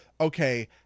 okay